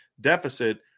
deficit